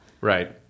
Right